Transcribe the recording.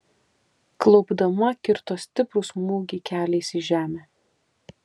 klaupdama kirto stiprų smūgį keliais į žemę